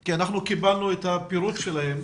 כי אנחנו קיבלנו את הפירוט שלהם,